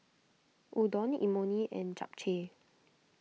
Udon Imoni and Japchae